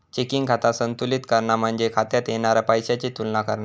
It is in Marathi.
चेकिंग खाता संतुलित करणा म्हणजे खात्यात येणारा पैशाची तुलना करणा